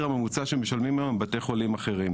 הממוצע שמשלמים היום בתי חולים בישראל.